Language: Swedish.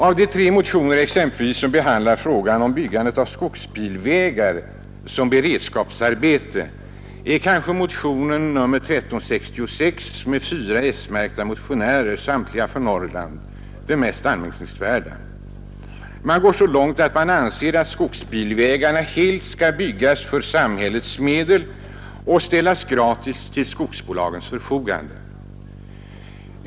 Av de tre motioner som behandlar frågan om byggandet av skogsbilvägar som beredskapsarbete är kanske motionen 1366 med 4 s-märkta motionärer, samtliga från Norrland, den mest anmärkningsvärda. Man går så långt att man anser att skogsbilvägarna helt skall byggas för samhällets medel och ställas gratis till skogsbolagens förfogande.